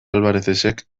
alvarerezek